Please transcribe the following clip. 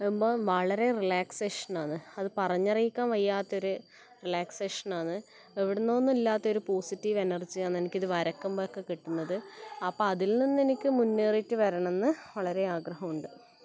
ആവുമ്പോൾ വളരെ റെലാക്സേഷൻ ആണ് അത് പറഞ്ഞറിയിക്കാൻ വയ്യാത്തൊരു റെലാക്സേഷൻ ആണ് എവിടുന്നെന്നോ ഇല്ലാത്ത പോസിറ്റീവ് എനർജിയാണ് എനിക്ക് ഇത് വരക്കുമ്പോൾ ഒക്കെ കിട്ടുന്നത് അപ്പം അതിൽ നിന്നെനിക്ക് മുന്നേറിയിട്ട് വരണം എന്ന് വളരെ ആഗ്രഹം ഉണ്ട്